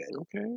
Okay